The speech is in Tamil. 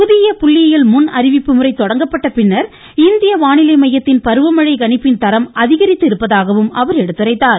புதிய புள்ளியியல் முன் அறிவிப்பு முறை தொடங்கப்பட்ட பின்னர் இந்திய வானிலை மையத்தின் பருவமழை கணிப்பின் தரம் அதிகரித்திருப்பதாகவும் அவர் எடுத்துரைத்தார்